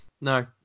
No